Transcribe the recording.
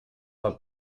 are